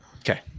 Okay